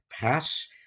pass